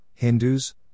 Hindus